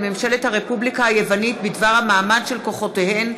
ממשלת הרפובליקה היוונית בדבר המעמד של כוחותיהן,